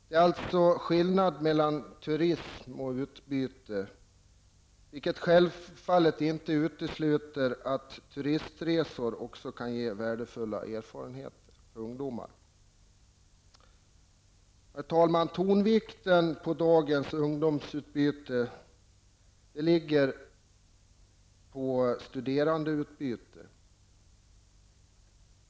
Det är alltså skillnad mellan turism och utbyte, vilket självfallet inte utesluter att turistresor kan ge ungdomar värdefulla erfarenheter. Herr talman! Tonvikten på dagens ungdomsutbyte ligger på studerandeutbyte.